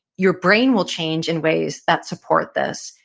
your brain will change in ways that support this.